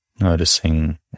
Noticing